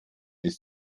ist